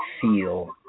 feel